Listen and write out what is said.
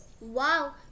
Wow